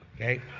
Okay